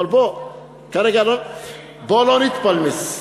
אבל בוא לא נתפלמס.